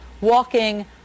walking